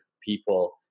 people